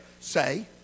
say